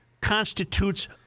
constitutes